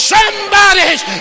Somebody's